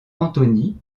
anthony